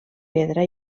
pedra